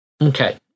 Okay